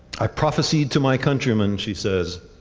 i prophesied to my countrymen she says,